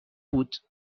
بود